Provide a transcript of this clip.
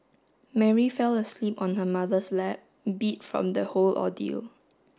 Mary fell asleep on her mother's lap beat from the whole ordeal